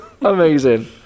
Amazing